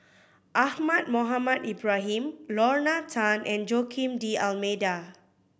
Ahmad Mohamed Ibrahim Lorna Tan and Joaquim D'Almeida